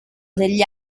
degli